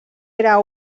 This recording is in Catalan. era